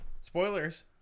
Spoilers